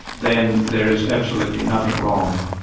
then there is absolutely nothing wrong,